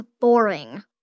boring